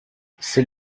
c’est